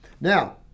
Now